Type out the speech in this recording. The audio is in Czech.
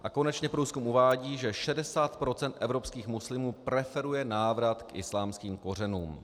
A konečně průzkum uvádí, že 60 % evropských muslimů preferuje návrat k islámským kořenům.